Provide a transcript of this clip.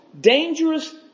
dangerous